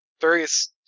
Various